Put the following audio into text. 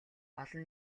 олон